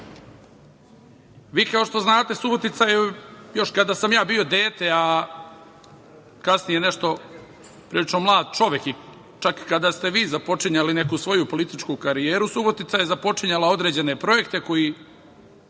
što znate, Subotica je još kada sam ja bio dete, a kasnije nešto prilično mlad čovek i čak kada ste vi započinjali neku svoju političku karijeru, započinjala određene projekte koji